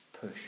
push